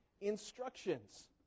instructions